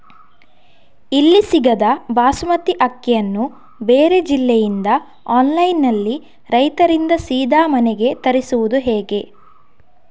ಇಲ್ಲಿ ಸಿಗದ ಬಾಸುಮತಿ ಅಕ್ಕಿಯನ್ನು ಬೇರೆ ಜಿಲ್ಲೆ ಇಂದ ಆನ್ಲೈನ್ನಲ್ಲಿ ರೈತರಿಂದ ಸೀದಾ ಮನೆಗೆ ತರಿಸುವುದು ಹೇಗೆ?